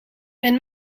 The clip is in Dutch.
men